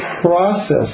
process